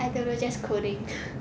I don't know just coding